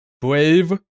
Brave